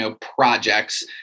projects